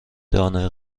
دانه